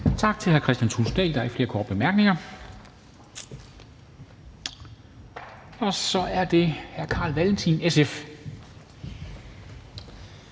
Tak til hr. Kristian Thulesen Dahl. Der er ikke flere korte bemærkninger. Så er det hr. Carl Valentin, SF.